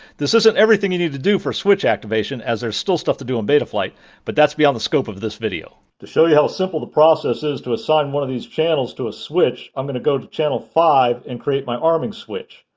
this isn't everything you need to do for switch activation as there's still stuff to do in betaflight but that's beyond the scope of this video. to show you how simple the process is to assign one of these channels to a switch, i'm going to go to channel five and create my arming switch.